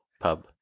pub